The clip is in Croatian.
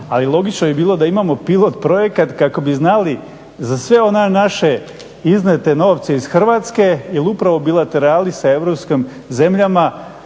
a i logično bi bilo da imamo pilot projekat kako bi znali za sve one naše iznijete novce iz Hrvatske jer upravo bilaterali sa europskim zemljama